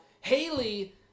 Haley